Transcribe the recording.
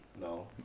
No